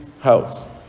house